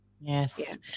Yes